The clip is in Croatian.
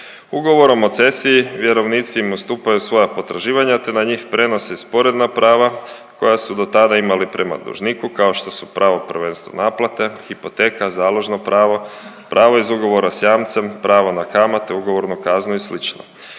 Ugovorom o cesiji vjerovnici im ustupaju svoja potraživanja, te na njih prenose sporedna prava koja su dotada imali prema dužnika, kao što su pravo prvenstva naplate, hipoteka, založno pravo, pravo iz ugovora s jamcem, pravo na kamate, ugovornu kaznu i